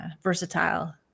versatile